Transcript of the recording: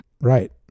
Right